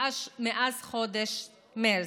מאז חודש מרץ,